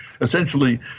essentially